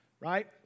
right